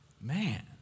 Man